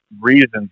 reasons